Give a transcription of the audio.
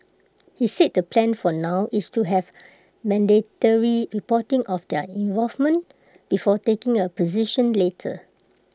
he said the plan for now is to have mandatory reporting of their involvement before taking A position later